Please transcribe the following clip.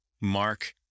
Mark